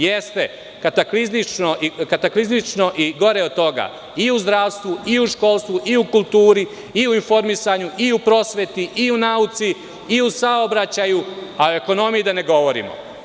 Jeste, kataklizmično i gore od toga i u zdravstvu, i u školstvu, i u kulturi, i u informisanju, i u prosveti, i u nauci, i usaobraćaju, a o ekonomiji da ne govorimo.